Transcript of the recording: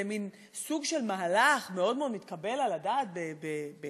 זה מין סוג של מהלך מאוד מאוד מתקבל על הדעת בפוליטיקה,